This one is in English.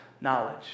knowledge